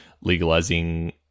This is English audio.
legalizing